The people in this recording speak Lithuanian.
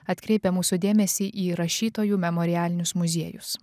atkreipia mūsų dėmesį į rašytojų memorialinius muziejus